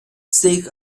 seek